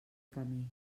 camí